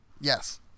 Yes